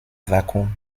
vakuum